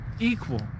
equal